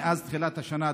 מאז תחילת השנה,